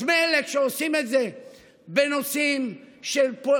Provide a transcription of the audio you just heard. אז מילא כשעושים את זה בנושאים פוליטיים,